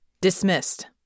Dismissed